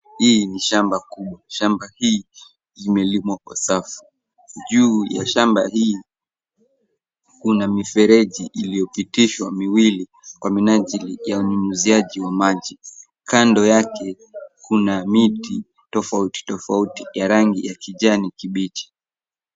Hii ni shamba kubwa. Shamba hii imelimwa kwa safu. Juu ya shamba hii kuna mifereji iliyopitishwa miwili kwa minajili ya unyunyuziaji wa maji. Kando yake kuna miti tofautitofauti ya rangi ya kijani kibichi.